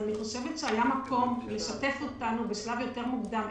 אני חושבת שהיה מקום לשתף אותנו בשלב יותר מוקדם.